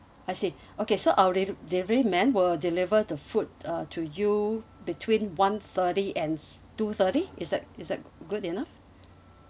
I see okay so our deli~ delivery man will deliver the food uh to you between one thirty and two thirty is that is that good enough